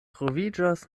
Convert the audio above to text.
troviĝas